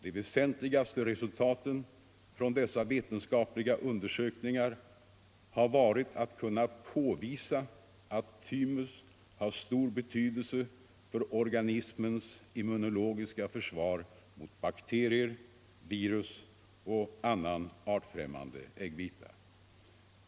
De väsentligaste resultaten av dessa vetenskapliga undersökningar har varit att kunna påvisa att thymus har stor betydelse för organismens immunologiska försvar mot bakterier, virus och annan artfrämmande äggvita.